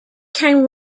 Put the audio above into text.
came